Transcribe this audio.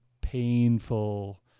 painful